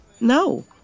No